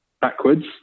backwards